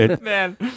Man